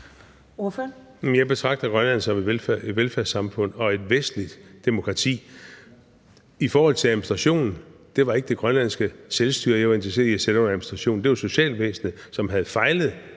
Jeg betragter Grønland som et velfærdssamfund og et vestligt demokrati. I forhold til det med at sætte under administration var det ikke det grønlandske selvstyre, jeg var interesseret i at sætte under administration. Det var socialvæsenet, som havde fejlet